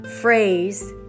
phrase